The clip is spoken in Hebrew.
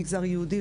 למגזר יהודי,